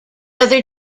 other